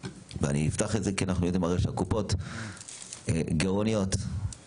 אני אפתח את זה כי אנחנו יודעים הרי שהקופות גירעוניות כולן,